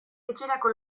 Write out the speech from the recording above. etxerako